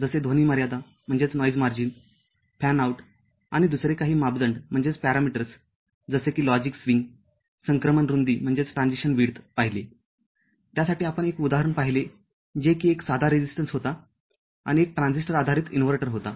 जसे ध्वनी मर्यादा फॅन आऊट आणि काही दुसरे मापदंड जसे कि लॉजिक स्विंग संक्रमण रुंदी पाहिले त्यासाठी आपण एक उदाहरण पाहिले जे की एक साधा रेजिस्टन्स होता आणि एक ट्रान्झिस्टर आधारित इन्व्हर्टर होता